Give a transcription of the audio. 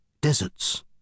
deserts